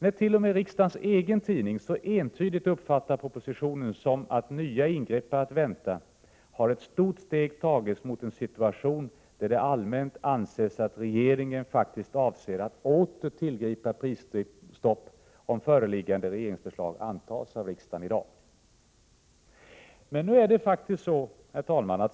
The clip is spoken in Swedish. När t.o.m. riksdagens egen tidning så entydigt uppfattar propositionen som att nya ingrepp är att vänta, har ett stort steg tagits mot en situation där det allmänt anses att regeringen faktiskt avser att åter tillgripa prisstopp, om föreliggande regeringsförslag antas av riksdagen i dag. Herr talman!